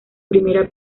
primera